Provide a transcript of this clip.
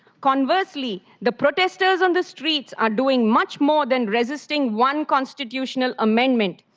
conversely, the protesters on the streets are doing much more than resisting one constitutional amendment.